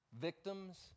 Victims